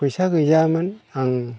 फैसा गैयामोन आं